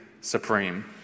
supreme